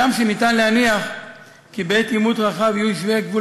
הגם שאפשר להניח כי בעת עימות רחב יישובי גבול